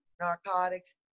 narcotics